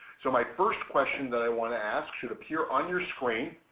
so my first question that i want to ask should appear on your screen.